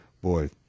Boy